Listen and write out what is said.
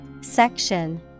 Section